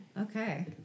Okay